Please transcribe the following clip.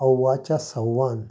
अव्वाच्या सहवान